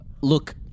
Look